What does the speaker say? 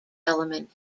element